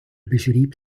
beschrieb